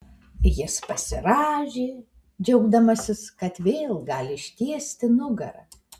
jis pasirąžė džiaugdamasis kad vėl gali ištiesti nugarą